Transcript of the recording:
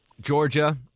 Georgia